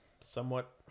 somewhat